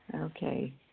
Okay